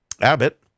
Abbott